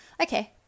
okay